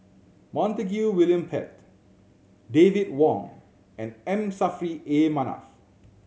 Montague William Pett David Wong and M Saffri A Manaf